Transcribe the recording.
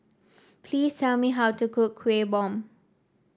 please tell me how to cook Kuih Bom